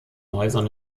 häusern